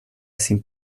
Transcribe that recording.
sin